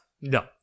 No